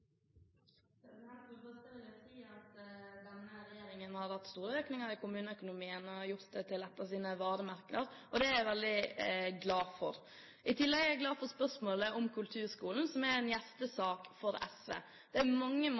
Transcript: si at denne regjeringen har hatt store økninger i kommuneøkonomien og har gjort det til et av sine varemerker. Det er jeg veldig glad for. I tillegg er jeg glad for spørsmålet om kulturskolen, som er en hjertesak for SV. Det er mange